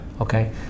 okay